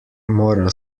mora